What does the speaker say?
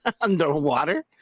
underwater